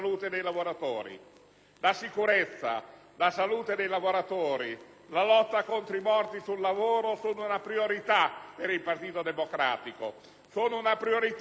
La sicurezza, la salute dei lavoratori, la lotta contro i morti sul lavoro sono una priorità per il Partito Democratico, sono una priorità tutti i giorni